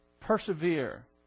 persevere